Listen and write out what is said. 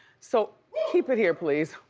so keep it here, please.